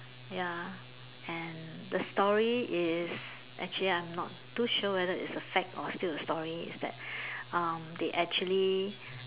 ya and the story is actually I'm not too sure whether it's a fact or still a story is that um they actually